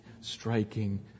striking